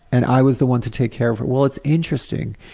and i was the one to take care of well it's interesting,